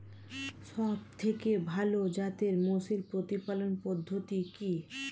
সবথেকে ভালো জাতের মোষের প্রতিপালন পদ্ধতি কি?